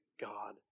God